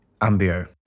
Ambio